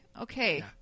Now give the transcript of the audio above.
Okay